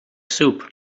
soup